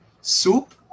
Soup